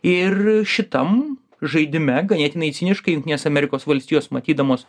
ir šitam žaidime ganėtinai ciniškai jungtinės amerikos valstijos matydamos